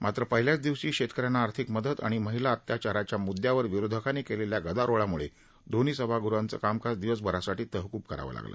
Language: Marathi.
मात्र पहिल्याच दिवशी शेतकऱ्यांना आर्थिक मदत आणि महिला अत्याचाराच्या मुदयांवर विरोधकांनी केलेल्या गदारोळाम्ळे दोन्ही सभागृहांचं कामकाज दिवसभरासाठी तहकूब करावं लागलं